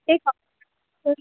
एक